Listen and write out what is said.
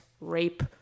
rape